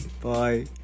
bye